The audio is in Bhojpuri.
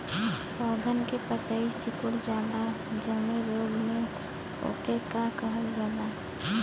पौधन के पतयी सीकुड़ जाला जवने रोग में वोके का कहल जाला?